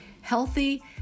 healthy